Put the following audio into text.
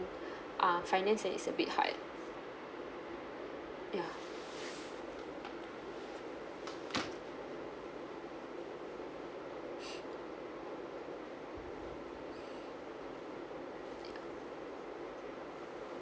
uh finance and it's a bit hard ya ya